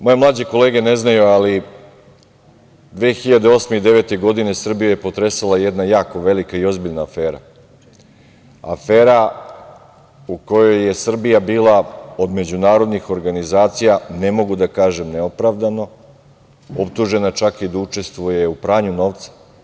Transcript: Moje mlađe kolege ne znaju, ali 2008. i 2009. godine Srbiju je potresala jedna jako velika i ozbiljna afera, afera u kojoj je Srbija bila od međunarodnih organizacija, ne mogu da kažem neopravdano, optužena čak i da učestvuje u pranju novca.